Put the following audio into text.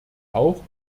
auch